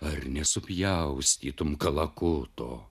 ar nesupjaustytum kalakuto